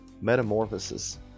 Metamorphosis